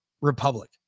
republic